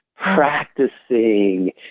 practicing